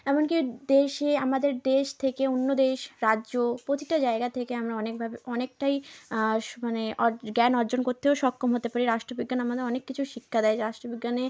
এমনকি দেশে আমাদের দেশ থেকে অন্য দেশ রাজ্য প্রতিটা জায়গা থেকে আমরা অনেকভাবে অনেকটাই মানে জ্ঞান অর্জন করতেও সক্ষম হতে পারি রাষ্ট্রবিজ্ঞান আমাদের অনেক কিছু শিক্ষা দেয় রাষ্ট্রবিজ্ঞানে